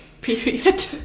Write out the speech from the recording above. Period